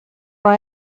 war